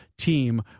team